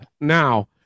now